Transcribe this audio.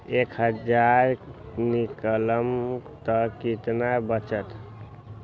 एक हज़ार निकालम त कितना वचत?